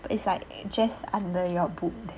it's like just under your boob there